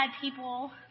people